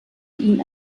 ihn